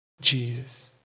Jesus